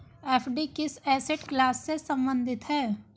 FD किस asset class से संबंधित है?